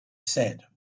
said